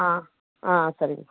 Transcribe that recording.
ஆ ஆ சரிங்க